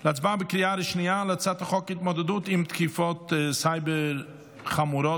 בקריאה השנייה על הצעת חוק התמודדות עם תקיפות סייבר חמורות